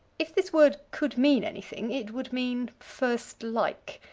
if this word could mean anything it would mean firstlike,